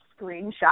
screenshot